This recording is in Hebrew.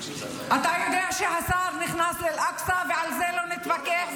אתה יודע שהשר נכנס לאל-אקצא, ועל זה לא נתווכח.